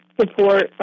support